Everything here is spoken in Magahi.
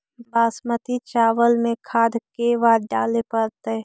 बासमती चावल में खाद के बार डाले पड़तै?